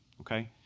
Okay